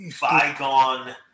bygone